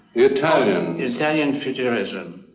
italian italian futurism.